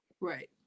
Right